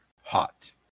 Hot